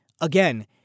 Again